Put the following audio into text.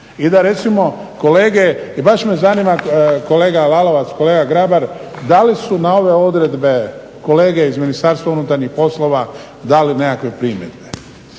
i da recimo kolege i baš me zanima kolega Lalovac, kolega Grabar, da li su na ove odredbe kolege iz Ministarstva unutarnjih poslova dale nekakve primjedbe.